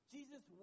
Jesus